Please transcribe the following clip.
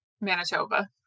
Manitoba